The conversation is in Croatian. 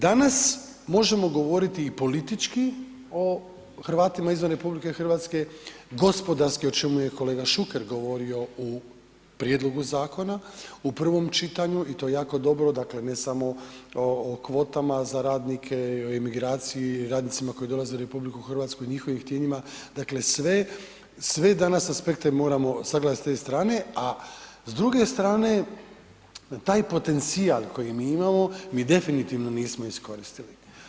Danas možemo govoriti i politički o Hrvatima izvan RH, gospodarski o čemu je kolega Šuker govorio u prijedlogu zakona u prvom čitanju i to je jako dobro, dakle ne samo o kvotama o radnike u emigraciji, radnicima koji dolaze u RH i njihovim htijenjima, dakle sve danas aspekte moramo sagledati sa te strane a s druge strane u taj potencijal koji mi imamo, mi definitivno nismo iskoristili.